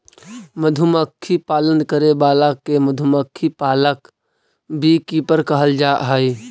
मधुमक्खी पालन करे वाला के मधुमक्खी पालक बी कीपर कहल जा हइ